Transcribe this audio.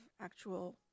actual